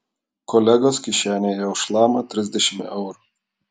kolegos kišenėje jau šlama trisdešimt eurų